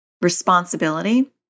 responsibility